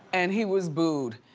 and he was booed.